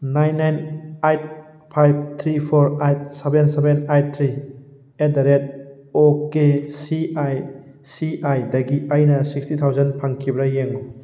nine nine eight five three four eight seven seven eight three at the rate okay C I C I ꯗꯒꯤ ꯑꯩꯅ sixty thousand ꯐꯪꯈꯤꯕ꯭ꯔꯥ ꯌꯦꯡꯉꯨ